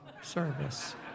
service